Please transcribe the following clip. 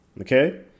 Okay